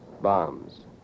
Bombs